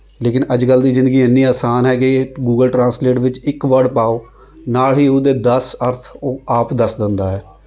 ਲੇਕਿਨ ਅੱਜ ਕੱਲ੍ਹ ਦੀ ਜ਼ਿੰਦਗੀ ਇੰਨੀ ਆਸਾਨ ਹੈ ਕਿ ਗੂਗਲ ਟ੍ਰਾਂਸਲੇਟ ਵਿੱਚ ਇੱਕ ਵਰਡ ਪਾਓ ਨਾਲ ਹੀ ਉਹਦੇ ਦਸ ਅਰਥ ਉਹ ਆਪ ਦੱਸ ਦਿੰਦਾ ਹੈ